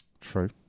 True